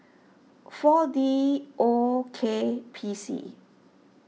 four D O K P C